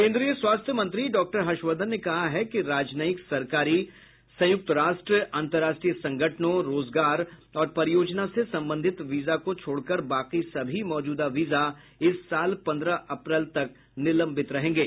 केन्द्रीय स्वास्थ्य मंत्री डॉक्टर हर्षवर्धन ने कहा है कि राजनयिक सरकारी संयुक्त राष्ट्र अंतर्राष्ट्रीय संगठनों रोजगार और परियोजना से संबंधित वीजा को छोड़कर बाकी सभी मौजूदा वीजा इस साल पन्द्रह अप्रैल तक निलंबित रहेंगे